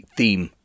theme